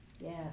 Yes